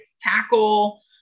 tackle